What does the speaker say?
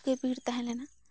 ᱠᱷᱩᱵᱜᱮ ᱵᱷᱤᱲ ᱛᱟᱦᱮᱞᱮᱱᱟ